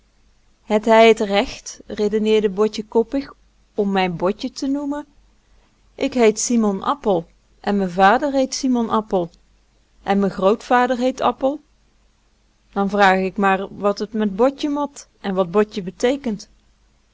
hij het recht redeneerde botje koppig om mijn botje te noemen ik heet simon appel en me vader heet simon appel en me grootvader heet appel dan vraag ik maar wat t met botje mot en wat botje beteekent